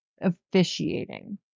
officiating